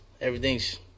everything's